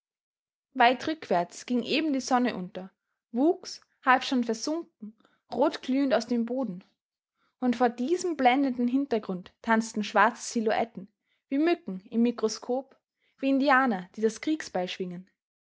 weit rückwärts ging eben die sonne unter wuchs halb schon versunken rotglühend aus dem boden und vor diesem blendenden hintergrund tanzten schwarze silhouetten wie mücken im mikroskop wie indianer die das